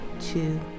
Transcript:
two